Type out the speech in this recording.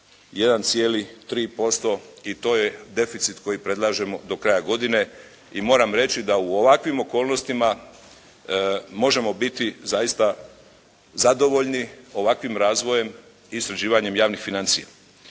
1,3% i to je deficit koji predlažemo do kraja godine i moram reći da u ovakvim okolnostima možemo biti zaista zadovoljni ovakvim razvojem i sređivanjem javnih financija.